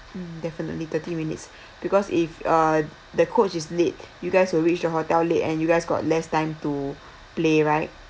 mm definitely thirty minutes because if uh the coach is late you guys will reach the hotel late and you guys got less time to play right